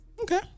Okay